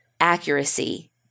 accuracy